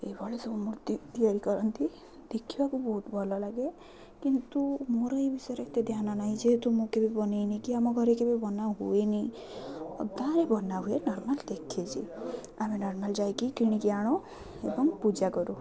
ଏଇଭଳି ସବୁ ମୂର୍ତ୍ତି ତିଆରି କରନ୍ତି ଦେଖିବାକୁ ବହୁତ ଭଲ ଲାଗେ କିନ୍ତୁ ମୋର ଏଇ ବିଷୟରେ ଏତେ ଧ୍ୟାନ ନାହିଁ ଯେହେତୁ ମୁଁ କେବେ ବନାଇନି କି ଆମ ଘରେ କେବେ ବନା ହୁଏନି ଗାଁରେ ବନା ହୁୁଏ ନର୍ମାଲ୍ ଦେଖିଛି ଆମେ ନର୍ମାଲ୍ ଯାଇକି କିଣିକି ଆଣୁ ଏବଂ ପୂଜା କରୁ